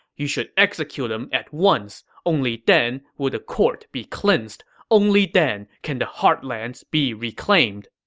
you should execute him at once. only then will the court be cleansed only then can the heartlands be reclaimed.